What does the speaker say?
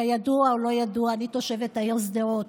כידוע, או שזה לא ידוע, אני תושבת העיר שדרות.